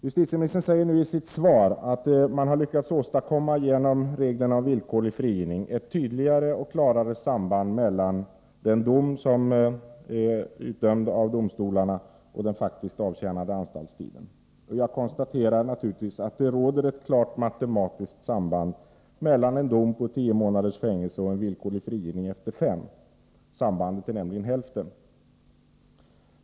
Justitieministern säger nu i sitt svar att man genom reglerna om villkorlig frigivning har lyckats åstadkomma ett tydligare och klarare samband mellan den dom som är avkunnad av domstolarna och den faktiskt avtjänade anstaltstiden. Jag konstaterar naturligtvis att det råder ett klart matematiskt samband mellan en dom på tio månaders fängelse och en villkorlig frigivning efter fem. Strafftiden minskas nämligen till hälften.